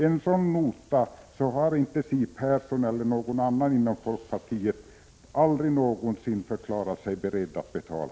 En sådan nota har inte Siw Persson eller någon annan inom folkpartiet någonsin förklarat sig beredd att betala.